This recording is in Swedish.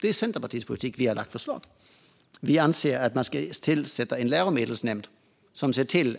Det är Centerpartiets politik. Vi anser också att man ska tillsätta en läromedelsnämnd som går igenom